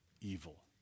evil